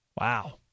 Wow